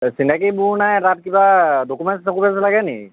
চিনাকি মোৰ নাই তাত কিবা ডকুমেণ্টছ চকুমেণ্টছ লাগে নি